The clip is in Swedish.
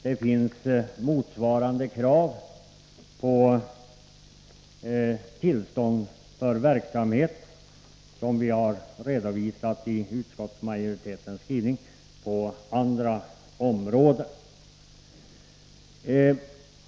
Det finns, som utskottsmajoriteten redovisat i sin skrivning, motsvarande krav på tillstånd för verksamhet på andra områden.